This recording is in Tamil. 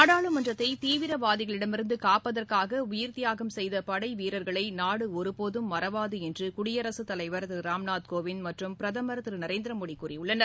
நாடாளுமன்றத்தை தீவிரவாதிகளிடமிருந்து னப்பதற்காக உயிர்த்தியாகம் செய்த படை வீரர்களை நாடு ஒருபோதும் மறவாது என்று குடியரசுத்தலைவர் திரு ராம்நாத் னேவிந்த் மற்றும் பிரதமர் திரு நரேந்திரமோடி கூறியுள்ளனர்